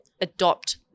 adopt